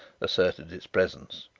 asserted its presence.